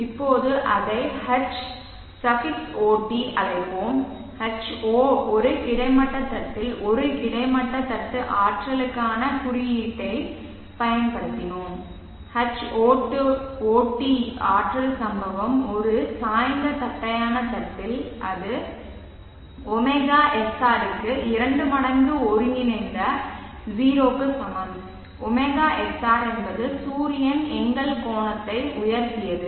இப்போது அதை Hot அழைப்போம்Ho ஒரு கிடைமட்ட தட்டில் ஒரு கிடைமட்ட தட்டு ஆற்றலுக்கான குறியீட்டைப் பயன்படுத்தினோம் Hot ஆற்றல் சம்பவம் ஒரு சாய்ந்த தட்டையான தட்டில் அது ωsr க்கு 2 மடங்கு ஒருங்கிணைந்த 0 க்கு சமம் ωsr என்பது சூரியன் எங்கள் கோணத்தை உயர்த்தியது